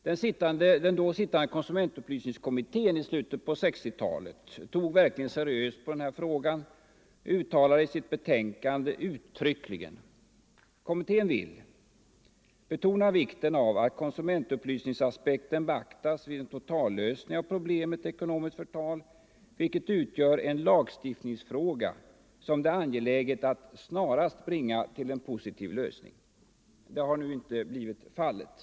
Den i slutet av 1960-talet sittande konsumentupplysningskommittén tog verkligen seriöst på den här frågan och uttalade i sitt betänkande uttryckligen: ”Kommittén vill ——— betona vikten av att konsumentupplysningsaspekten beaktas vid en totallösning av problemet ekonomiskt förtal, vilket utgör en lagstiftningsfråga som det är angeläget att snarast bringa till en positiv lösning.” Det har nu inte blivit fallet.